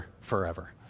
forever